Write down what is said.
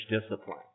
discipline